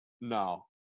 No